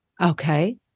Okay